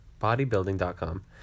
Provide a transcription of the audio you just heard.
bodybuilding.com